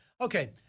Okay